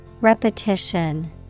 Repetition